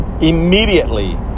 immediately